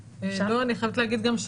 אני חייבת להגיד גם,